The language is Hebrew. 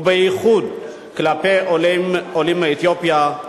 ובייחוד כלפי עולים מאתיופיה,